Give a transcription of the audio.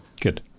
good